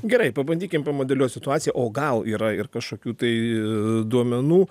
gerai pabandykim pamodeliuot situaciją o gal yra ir kažkokių tai e duomenų